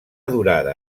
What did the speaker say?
durada